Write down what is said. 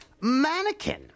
Mannequin